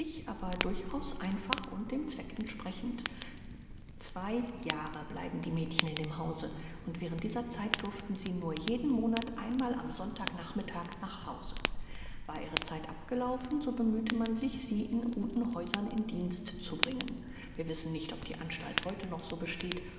aber durchaus einfach und dem zweck entsprechend zwei jahre bleiben die mädchen in dem hause und während dieser zeit durften sie nur jeden monat einmal am sontag nachmittag nach hause war ihre zeit abgelaufen so bemühte man sich sie in guten häusern in dienst zu bringen wir wissen nicht ob die anstalt heute noch so besteht